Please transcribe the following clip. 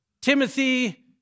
Timothy